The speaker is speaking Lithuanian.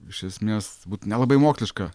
iš esmės būt nelabai moksliška